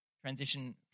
transition